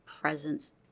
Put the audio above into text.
presence